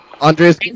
Andre's